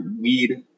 weed